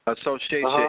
Association